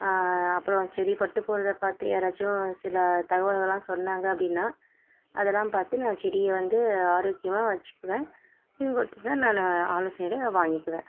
அப்புறம் செடி பட்டு போகிறத பார்த்து யாராச்சும் சில தகவல்கள்லாம் சொன்னாங்க அப்படின்னா அதெல்லாம் பார்த்து நான் செடியை வந்து ஆரோக்கியமாக வச்சிக்குவேன் இது மட்டும் தான் நான் ஆலோசனைகளை வாங்கிக்குவேன்